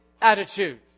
attitude